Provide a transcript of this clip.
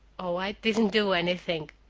oh, i didn't do anything,